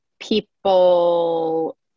people